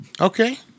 Okay